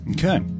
Okay